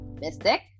mystic